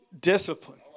discipline